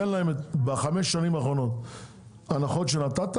תן להם בחמש השנים האחרונות הנחות שנתת